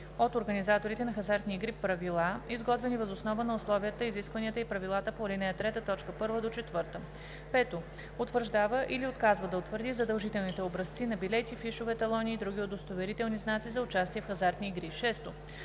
от организаторите на хазартни игри правила, изготвени въз основа на условията, изискванията и правилата по ал. 3, т. 1 – 4; 5. утвърждава или отказва да утвърди задължителните образци на билети, фишове, талони и други удостоверителни знаци за участие в хазартни игри; 6.